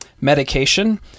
medication